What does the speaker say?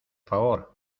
favor